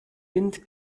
wind